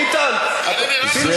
חיליק, ביטן, אני נראה לך שבור?